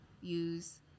use